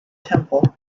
temple